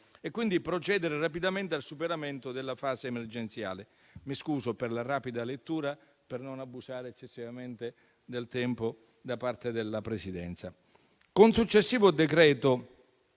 e quindi procedere rapidamente al superamento della fase emergenziale. Mi scuso per la rapida lettura, per non abusare del tempo concessomi dalla Presidenza: con successivo decreto-legge